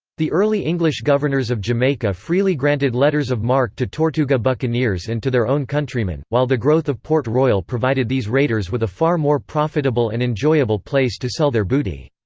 the early english governors of jamaica freely granted letters of marque to tortuga buccaneers and to their own countrymen, while the growth of port royal provided these raiders with a far more profitable and enjoyable place to sell their booty.